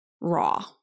raw